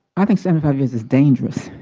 i think seventy five years is dangerous.